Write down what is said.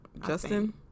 justin